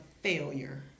failure